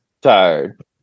tired